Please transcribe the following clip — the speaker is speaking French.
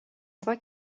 fois